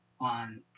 on